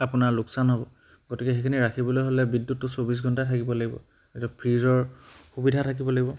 আপোনাৰ লোকচান হ'ব গতিকে সেইখিনি ৰাখিবলৈ হ'লে বিদ্যুৎটো চৌবিছ ঘণ্টা থাকিব লাগিব এতিয়া ফ্ৰিজৰ সুবিধা থাকিব লাগিব